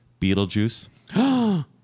Beetlejuice